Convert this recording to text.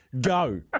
Go